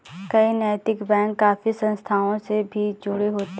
कई नैतिक बैंक काफी संस्थाओं से भी जुड़े होते हैं